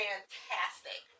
fantastic